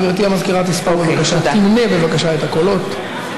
גברתי המזכירה תמנה בבקשה את הקולות.